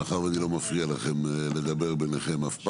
מאחר ואני לא מפריע לכם לדבר ביניכם אף פעם,